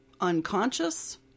unconscious